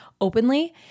openly